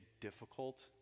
difficult